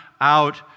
out